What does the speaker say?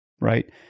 right